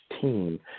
team